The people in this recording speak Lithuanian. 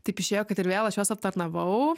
taip išėjo kad ir vėl aš juos aptarnavau